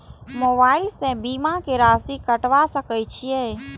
Mobile से बीमा के राशि कटवा सके छिऐ?